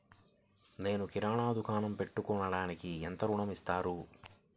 నేను కిరాణా దుకాణం పెట్టుకోడానికి ఎంత ఋణం ఇస్తారు?